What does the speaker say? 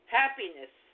happiness